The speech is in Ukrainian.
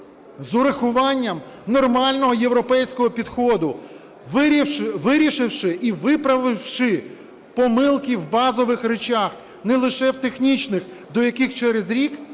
з урахуванням нормального європейського підходу, вирішивши і виправивши помилки в базових речах, не лише в технічних, до яких через рік,